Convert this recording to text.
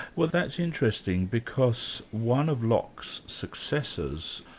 well that's interesting, because one of locke's successors,